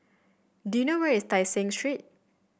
do you know where is Tai Seng Street